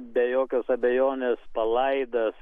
be jokios abejonės palaidas